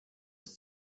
ist